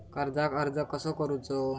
कर्जाक अर्ज कसो करूचो?